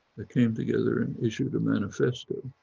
that came together and issued a manifesto.